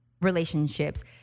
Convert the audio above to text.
relationships